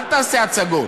אל תעשה הצגות,